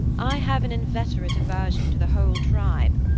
i have an inveterate aversion to the whole tribe.